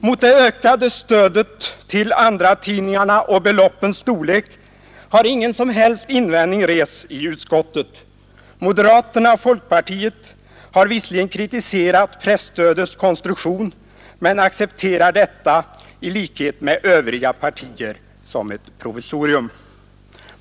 Mot det ökade stödet till andratidningarna och beloppens storlek har ingen som helst invändning rests i utskottet. Moderaterna och folkpartiet har visserligen kritiserat presstödets konstruktion men accepterar detta i likhet med övriga partier som ett provisorium.